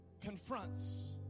confronts